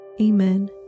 Amen